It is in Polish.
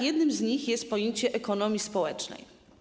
Jednym z nich jest pojęcie ekonomii społecznej.